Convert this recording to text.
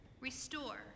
restore